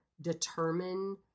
determine